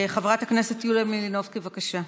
חברת הכנסת יוליה מלינובסקי, בבקשה.